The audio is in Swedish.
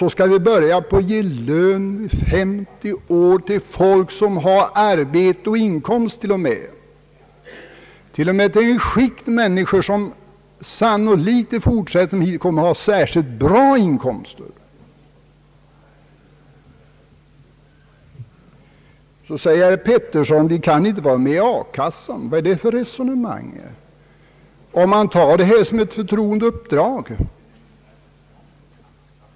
Då skall vi nu börja på att ge lön till folk vid 50 års ålder som har inkomst av arbete och som till och med tillhör det skikt av människor som sannolikt i fortsättningen också kommer att ha särskilt goda inkomster. Herr Pettersson säger att vi riksdagsmän inte kan vara med i A-kassan. Vad är det för resonemang, om riksdagsarbetet betraktas som ett förtroendeuppdrag?